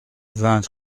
vingt